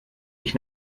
mich